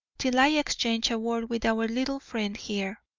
till i exchange a word with our little friend here.